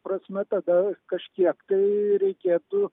prasme tada kažkiek tai reikėtų